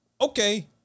Okay